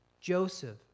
Joseph